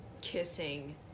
Kissing